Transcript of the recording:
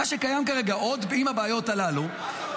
מה שקיים כרגע עם הבעיות הללו --- מה אתה רוצה,